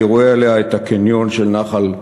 אני רואה עליה את הקניון של נחל-קדרון